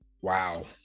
Wow